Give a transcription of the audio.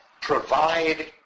provide